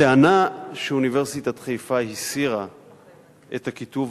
הטענה שאוניברסיטת חיפה הסירה את הכיתוב